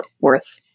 worth